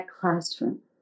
classroom